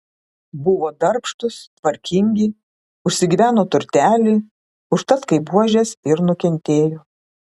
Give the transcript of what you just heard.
buvo darbštūs tvarkingi užsigyveno turtelį užtat kaip buožės ir nukentėjo